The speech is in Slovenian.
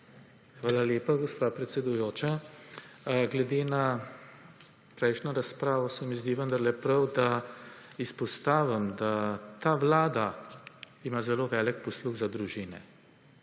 Hvala lepa, gospa predsedujoča. Glede na prejšnjo razpravo se mi zdi vendarle prav, da izpostavim, da ta Vlada ima zelo velik posluh za družine.